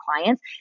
clients